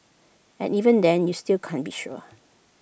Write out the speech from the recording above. and even then you still can't be sure